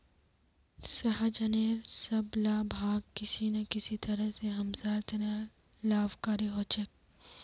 सहजनेर सब ला भाग किसी न किसी तरह स हमसार त न लाभकारी ह छेक